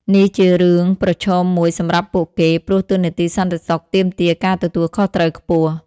នេះជារឿងប្រឈមមួយសម្រាប់ពួកគេ ព្រោះតួនាទីសន្តិសុខទាមទារការទទួលខុសត្រូវខ្ពស់។